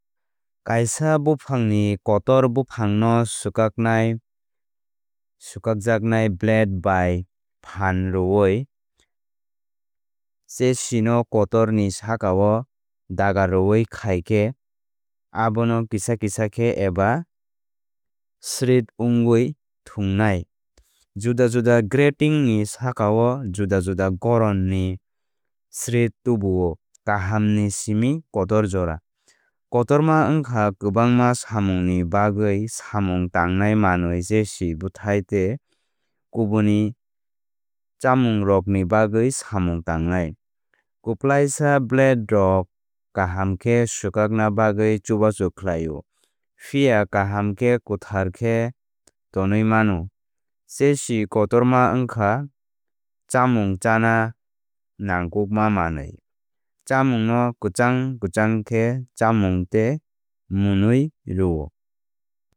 Kaisa buphangni kotor buphangno swkaknai swkakjak blade bai phan rwwi chasi no kotor ni sakao dagaroui khai khe abo no kisa kisa khe eba shred wngwi thwngnai. Juda juda grating ni sakao juda juda goron ni shred tubuo kaham ni simi kotor jora. Kotorma wngkha kwbangma samungni bagwi samung tangnai manwi chasi bwthai tei kubun chamungrokni bagwi samung tangnai. Kwplaisa blades rok kaham khe swkakna bagwi chubachu khlaio phiya kaham khe kwthar khe kwthar khe tonwi mano. Chasi kotorma wngkha chámung chána nangkukma manwi chámungno kwchang kwchang khe chámung tei mwnwi rwo.